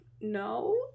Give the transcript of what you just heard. no